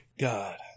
God